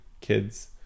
kids